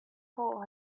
hole